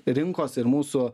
rinkos ir mūsų